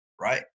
Right